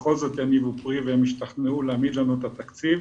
בכל זאת יניבו פרי והם ישתכנעו להעמיד לנו את התקציב